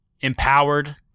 empowered